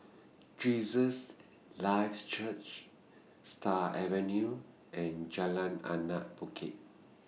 Jesus Lives Church Stars Avenue and Jalan Anak Bukit